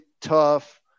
tough